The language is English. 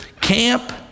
camp